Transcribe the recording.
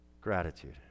Gratitude